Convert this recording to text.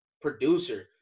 producer